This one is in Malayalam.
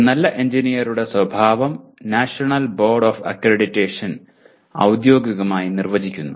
ഒരു നല്ല എഞ്ചിനീയറുടെ സ്വഭാവം നാഷണൽ ബോർഡ് ഓഫ് അക്രഡിറ്റേഷൻ ഔദ്യോഗികമായി നിർവചിക്കുന്നു